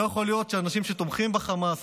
לא יכול להיות שאנשים שתומכים בחמאס,